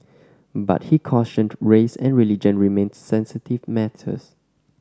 but he cautioned race and religion remained sensitive matters